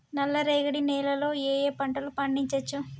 నల్లరేగడి నేల లో ఏ ఏ పంట లు పండించచ్చు?